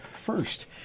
first